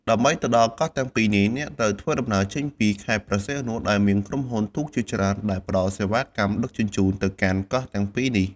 ដើម្បីទៅដល់កោះទាំងពីរនេះ អ្នកត្រូវធ្វើដំណើរចេញពី ខេត្តព្រះសីហនុ ដែលមានក្រុមហ៊ុនទូកជាច្រើនដែលផ្តល់សេវាកម្មដឹកជញ្ជូនទៅកាន់កោះទាំងពីរនេះ។